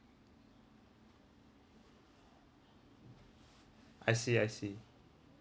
I see I see